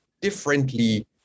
differently